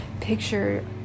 picture